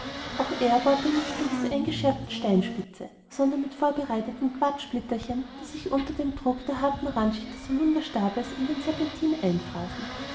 auch er bohrte nicht mehr mit der eingeschäfteten steinspitze sondern mit vorbereiteten quarzsplitterchen die sich unter dem druck der harten randschicht des holunderstabes in den serpentin